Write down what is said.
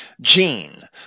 gene